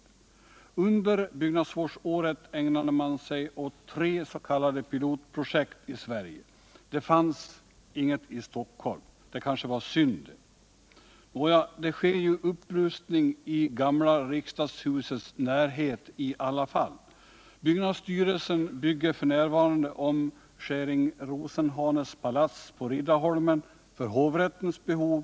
Under byggnadsvårdsåret ägnade man sig åt tre s.k. pilotprojekt i Sverige. Det fanns inget i Stockholm. Det kanske var synd det! Nåja, det sker ju upprustningar i gamla riksdagshusets närhet i alla fall. Byggnadsstyrelsen bygger f. n. om Schering Rosenhanes palats på Riddarholmen för hovrättens behov.